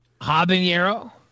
Habanero